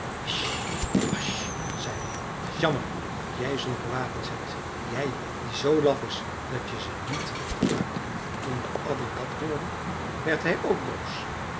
zei hij t is jammer dat jij zulke wapens hebt jij die zoo laf is dat je ze niet gebruiken durft toen de adder dat hoorde werd hij ook boos